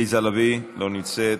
עליזה לביא, אינה נוכחת,